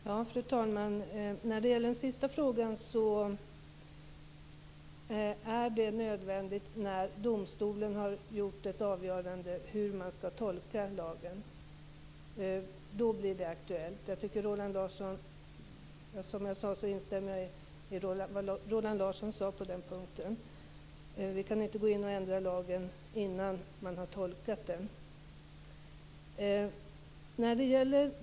Fru talman! Svaret på den sista frågan är att det är nödvändigt när domstolen har avgjort hur man skall tolka lagen. Då blir det aktuellt. Som jag sade instämmer jag i vad Roland Larsson sade på den punkten, att vi inte kan gå in och ändra lagen innan den har tolkats.